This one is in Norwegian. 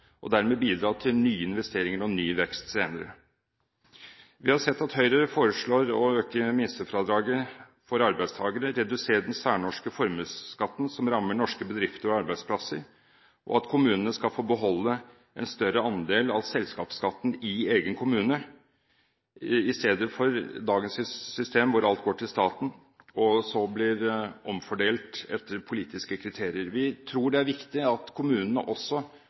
og dermed bidra til nye investeringer og ny vekst senere. Vi har sett at Høyre foreslår å øke minstefradraget for arbeidstakere, redusere den særnorske formuesskatten som rammer norske bedrifter og arbeidsplasser, og at kommunene skal få beholde en større andel av selskapsskatten i egen kommune, i stedet for som med dagens system, hvor alt går til staten og så blir omfordelt etter politiske kriterier. Vi tror det er viktig at kommunene også